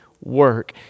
work